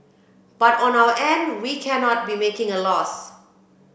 but on our end we cannot be making a loss